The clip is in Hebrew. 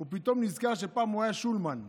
פתאום נזכר שפעם הוא היה שולמן.